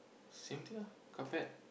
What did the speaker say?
same thing ah carpet